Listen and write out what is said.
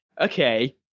okay